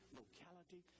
locality